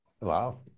Wow